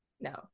No